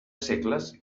segles